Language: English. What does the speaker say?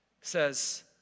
says